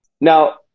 now